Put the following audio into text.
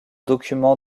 document